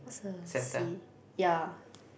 what's the C yeah